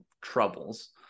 troubles